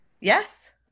Yes